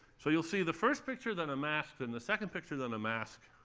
so you'll see the first picture, then a mask, then the second picture, then a mask.